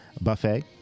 buffet